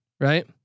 right